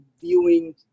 viewing